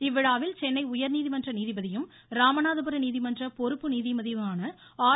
இவ்விழாவில் சென்னை உயர்நீதிமன்ற நீதிபதியும் ராமநாதபுர நீதிமன்ற பொறுப்பு நீதிபதியுமான ஆர்